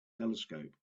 telescope